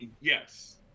Yes